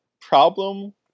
problem